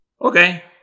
okay